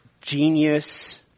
genius